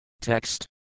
Text